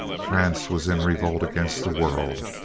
france was in revolt against the world,